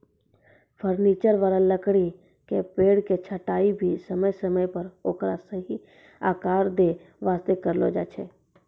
furniture वाला लकड़ी के पेड़ के छंटाई भी समय समय पर ओकरा सही आकार दै वास्तॅ करलो जाय छै